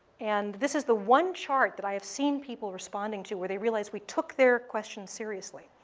and this is the one chart that i have seen people responding to where they realize we took their questions seriously.